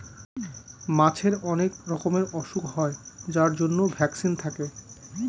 মাছের অনেক রকমের ওসুখ হয় যার জন্য ভ্যাকসিন থাকে